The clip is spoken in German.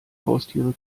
haustiere